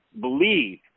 believe